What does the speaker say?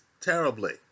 terribly